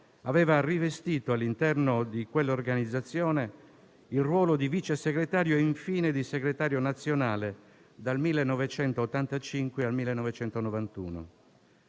aveva rivestito all'interno di quell'organizzazione il ruolo di vice segretario e infine di segretario nazionale dal 1985 al 1991.